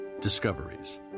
Discoveries